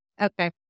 Okay